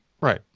Right